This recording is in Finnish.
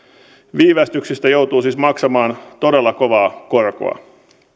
viivästyksestä joutuu siis maksamaan todella kovaa korkoa